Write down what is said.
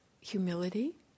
humility